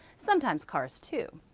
sometimes cars too.